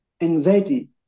anxiety